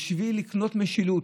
בשביל לקנות משילות.